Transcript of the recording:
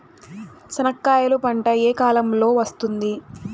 చెనక్కాయలు పంట ఏ కాలము లో వస్తుంది